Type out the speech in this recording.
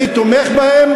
אני תומך בהם,